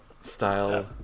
style